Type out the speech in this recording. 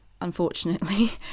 unfortunately